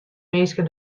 minsken